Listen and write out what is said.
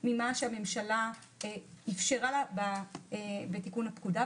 ממה שהממשלה אפשרה לה בתיקון לפקודה,